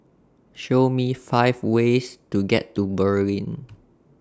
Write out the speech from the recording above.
Show Me five ways to get to Berlin